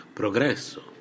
progresso